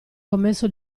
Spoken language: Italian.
commesso